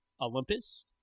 Olympus